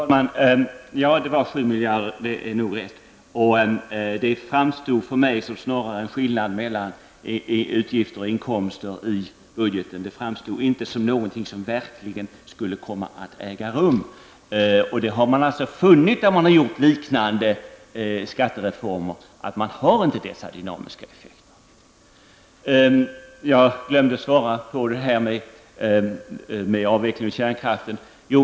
Fru talman! Det är nog riktigt att det rörde sig om 7 miljarder. Det framstod för mig snarare som en skillnad mellan utgifter och inkomster i budgeten. Det framstod inte som någon effekt som verkligen skulle komma att uppnås. När man har genomfört liknande skattereformer har man funnit att dessa dynamiska effekter inte har uppstått. Jag glömde svara på frågan om avvecklingen av kärnkraften.